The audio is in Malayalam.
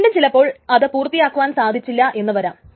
വീണ്ടും ചിലപ്പോൾ അത് പൂർത്തിയാക്കുവാൻ സാധിച്ചില്ലാ എന്നു വരാം